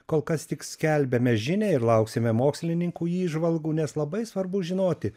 kol kas tik skelbiame žinią ir lauksime mokslininkų įžvalgų nes labai svarbu žinoti